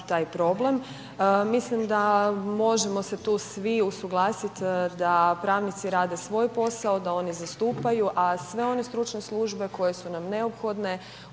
taj problem. Mislim da možemo se tu svi usuglasiti da pravnici rade svoj posao, da oni zastupaju, a sve one stručne službe koje su nam neophodne